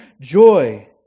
joy